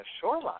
shoreline